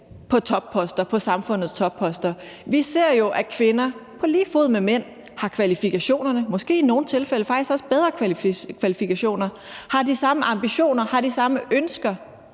på samfundets topposter. Vi ser jo, at kvinder på lige fod med mænd har kvalifikationerne – og måske i nogle tilfælde faktisk også bedre kvalifikationer – har de samme ambitioner og har de samme ønsker,